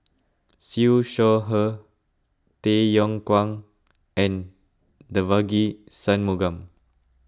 Siew Shaw Her Tay Yong Kwang and Devagi Sanmugam